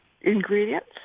ingredients